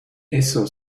eso